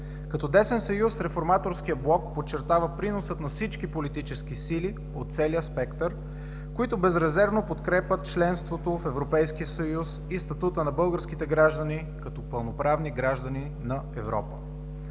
Като десен съюз Реформаторският блок подчертава приноса на всички политически сили от целия спектър, които безрезервно подкрепят членството в Европейския съюз и статута на българските граждани като пълноправни граждани на Европа.